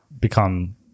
become